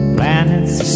Planets